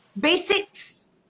Basics